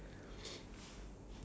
okay do you know the